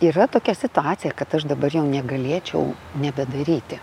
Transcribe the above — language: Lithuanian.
yra tokia situacija kad aš dabar jau negalėčiau nebedaryti